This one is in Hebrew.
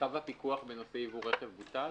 צו הפיקוח בנושא ייבוא רכב בוטל?